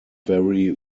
very